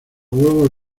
huevos